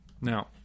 Now